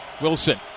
Wilson